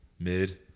Mid